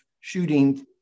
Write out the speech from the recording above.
shooting